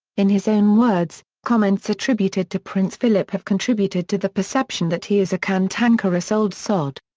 in his own words, comments attributed to prince philip have contributed to the perception that he is a cantankerous old sod.